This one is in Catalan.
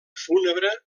fúnebre